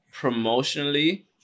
promotionally